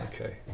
Okay